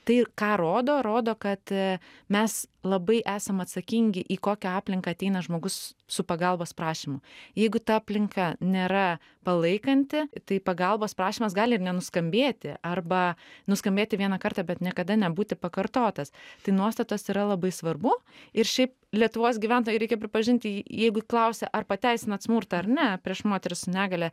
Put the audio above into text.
tai ką rodo rodo kad mes labai esam atsakingi į kokią aplinką ateina žmogus su pagalbos prašymu jeigu ta aplinka nėra palaikanti tai pagalbos prašymas gali ir nenuskambėti arba nuskambėti vieną kartą bet niekada nebūti pakartotas tai nuostatos yra labai svarbu ir šiaip lietuvos gyventojai reikia pripažinti jeigu klausi ar pateisinat smurtą ar ne prieš moteris su negalia